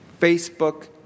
Facebook